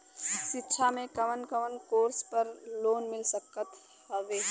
शिक्षा मे कवन कवन कोर्स पर लोन मिल सकत हउवे?